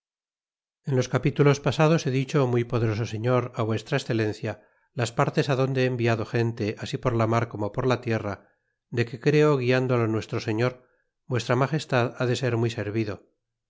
en los capítulos pasados he dicho muy pode rosa señor á vuestra excelencia las partes á donde he envia do gente así por la mar como por la tierra de que creo guiandolo nuestro señor vuestra magestad ha de ser muy ser